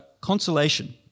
consolation